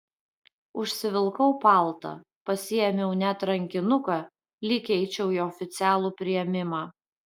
užsivilkau paltą pasiėmiau net rankinuką lyg eičiau į oficialų priėmimą